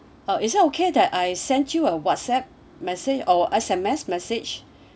uh is it okay that I sent you a whatsapp message or S_M_S message